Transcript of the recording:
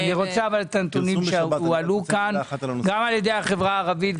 אני רוצה את הנתונים שהועלו פה גם על ידי החברה הערבית,